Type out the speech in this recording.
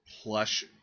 plush